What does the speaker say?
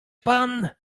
pan